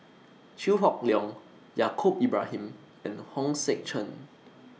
Chew Hock Leong Yaacob Ibrahim and Hong Sek Chern